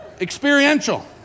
Experiential